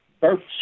birth